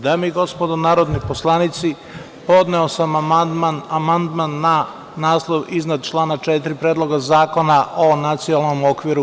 Dame i gospodo narodni poslanici, podneo sam amandman na naslov iznad člana 4. Predloga zakona o NOKS.